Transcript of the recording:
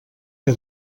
que